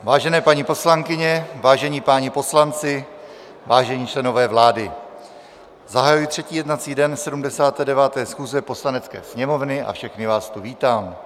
Vážené paní poslankyně, vážení páni poslanci, vážení členové vlády, zahajuji třetí jednací dne 79. schůze Poslanecké sněmovny a všechny vás tu vítám.